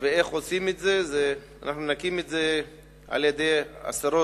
ואיך עושים את זה, אנחנו נקים את זה על-ידי עשרות